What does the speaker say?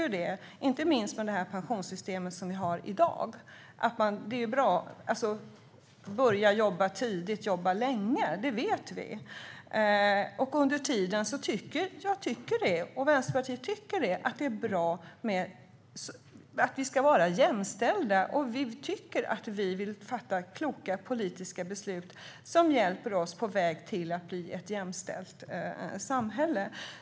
Nu vet vi, inte minst med det pensionssystem som vi har i dag, att det är bra att börja jobba tidigt och att jobba länge. Under tiden tycker jag och Vänsterpartiet att detta är bra. Vi ska vara jämställda, och vi tycker att vi vill fatta kloka politiska beslut som hjälper oss på vägen till ett jämställt samhälle.